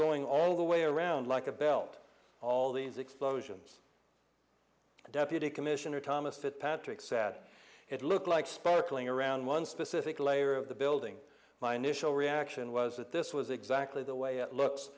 going all the way around like a belt all these explosions deputy commissioner thomas that patrick said it looked like sparkling around one specific layer of the building my new show reaction was that this was exactly the way it looks